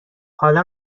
حالا